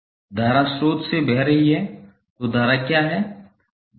धारा स्रोत से बह रही है तो धारा क्या है